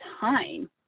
time